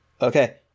Okay